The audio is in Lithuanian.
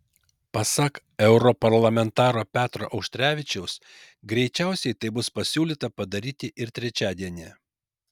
pasak europarlamentaro petro auštrevičiaus greičiausiai tai bus pasiūlyta padaryti ir trečiadienį